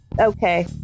okay